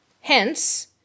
hence